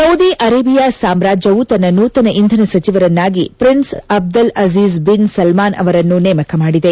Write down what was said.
Saudi Arabia ಸಾಮಾಜ್ಯವು ತನ್ನ ನೂತನ ಇಂಧನ ಸಚಿವರನ್ನಾಗಿ prince Abdul Aziz bin Salman ಅವರನ್ನು ನೇಮಕ ಮಾಡಿದೆ